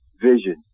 vision